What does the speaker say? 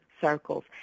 circles